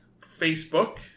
Facebook